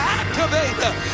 activate